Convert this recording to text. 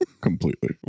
completely